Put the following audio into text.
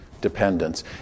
dependence